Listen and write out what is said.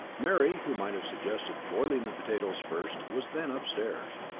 mary, who might have suggested boiling the potatoes first, was then upstairs.